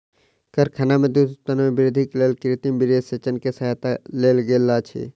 कारखाना में दूध उत्पादन में वृद्धिक लेल कृत्रिम वीर्यसेचन के सहायता लेल गेल अछि